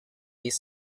his